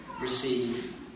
receive